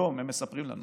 היום הם מספרים לנו